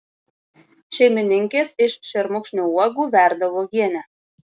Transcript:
šeimininkės iš šermukšnio uogų verda uogienę